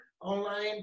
online